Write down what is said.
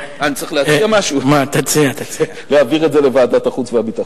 אני מציע להעביר את זה לוועדת החוץ והביטחון.